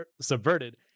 subverted